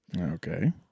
Okay